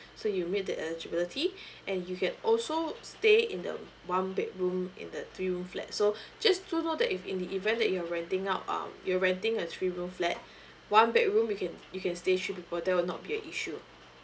so you meet the eligibility and you can also stay in the one bedroom in the three room flat so just do note that if in the event that you're renting out um you're renting a three room flat one bedroom you can you can stay three people there not be an issue